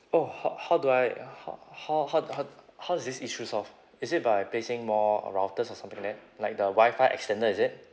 oh ho~ how do I how how how d~ how d~ how is this issue solved is it by placing more uh routers or something like that like the wi-fi extender is it